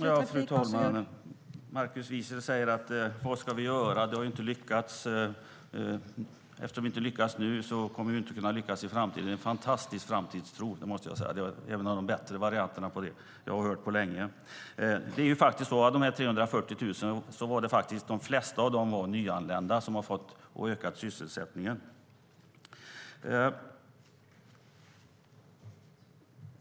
Fru talman! Markus Wiechel frågar vad vi ska göra och säger att det inte har lyckats, och eftersom vi inte lyckas nu kommer vi inte att kunna lyckas i framtiden. Det är en fantastisk framtidstro, måste jag säga! Det är en av de bättre varianterna på det jag har hört på länge. Av de 340 000 var de flesta nyanlända. De har ökat sysselsättningen.